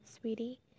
sweetie